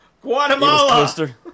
Guatemala